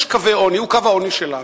יש קו העוני, הוא קו העוני שלנו.